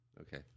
okay